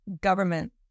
government